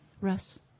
Russ